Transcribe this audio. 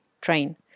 train